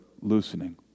loosening